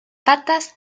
patas